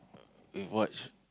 we've watched